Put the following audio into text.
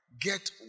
Get